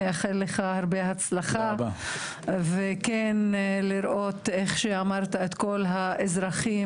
נאחל לך הרבה הצלחה וכן לראות את כל האזרחים,